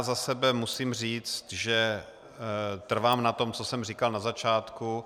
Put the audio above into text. Za sebe musím říct, že trvám na tom, co jsem říkal na začátku.